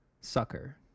sucker